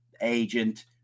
agent